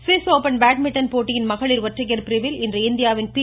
Swiss Open badminton போட்டியின் மகளிர் ஒற்றையர் பிரிவில் இன்று இந்தியாவின் பி